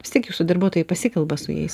vis tiek jūsų darbuotojai pasikalba su jais